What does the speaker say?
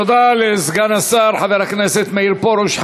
תודה לסגן השר חבר הכנסת מאיר פרוש.